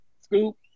Scoop